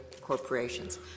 corporations